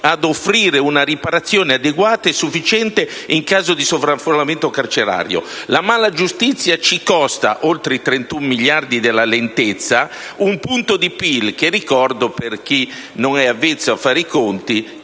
ad offrire una riparazione adeguata e sufficiente in caso di sovraffollamento carcerario». La mala giustizia ci costa, oltre ai 31 miliardi di euro della lentezza, un punto di PIL, che, ricordo per chi non è avvezzo a fare i conti,